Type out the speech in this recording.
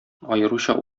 аеруча